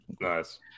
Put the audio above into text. Nice